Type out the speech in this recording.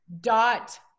dot